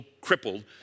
crippled